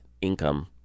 income